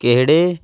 ਕਿਹੜੇ